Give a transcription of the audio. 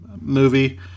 movie